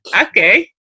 okay